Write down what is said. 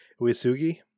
Uesugi